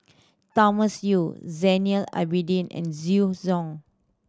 Thomas Yeo Zainal Abidin and Zhu Hong